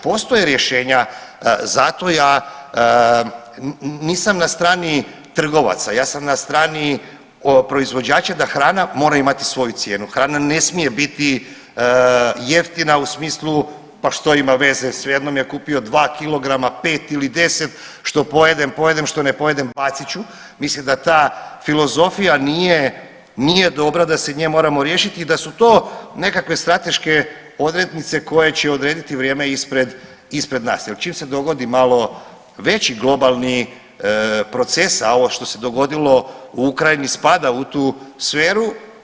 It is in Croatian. Postoje rješenja zato ja nisam na strani trgovaca, ja sam na strani proizvođača da hrana mora imati svoju cijenu, hrana ne smije biti jeftina u smislu pa što ima veze svejedno mi je kupio dva kilograma, pet ili deset što pojedem pojedem, što ne pojedem bacit ću, mislim da ta filozofija nije, nije dobra, da se nje moramo riješiti i da su to nekakve strateške odrednice koje će odrediti vrijeme ispred, ispred nas jel čim se dogodi malo veći globalni proces, a ovo što se dogodilo u Ukrajini spada u tu sferu.